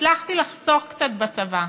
הצלחתי לחסוך קצת בצבא.